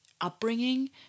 upbringing